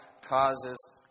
causes